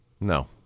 No